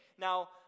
Now